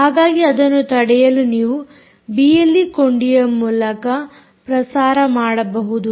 ಹಾಗಾಗಿ ಅದನ್ನು ತಡೆಯಲು ನೀವು ಬಿಎಲ್ಈ ಕೊಂಡಿಯ ಮೂಲಕ ಪ್ರಸಾರ ಮಾಡಬಹುದು